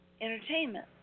entertainment